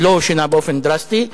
זה לא שינה באופן דרסטי,